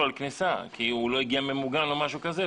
על כניסה כי הוא לא הגיע ממוגן או משהו כזה,